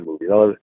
movie